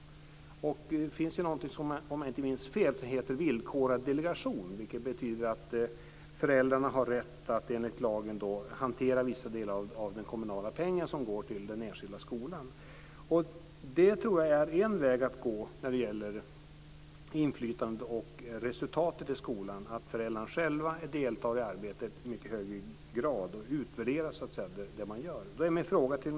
Om jag inte minns fel finns det något som heter villkorad delegation, vilket betyder att föräldrarna enligt lagen har rätt att hantera vissa delar av den kommunala pengen som går den enskilda skolan. En väg att gå när det gäller inflytandet och resultatet i skolan tror jag är att föräldrarna själva deltar i och utvärderar arbetet i mycket högre grad.